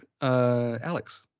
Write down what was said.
Alex